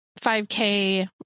5k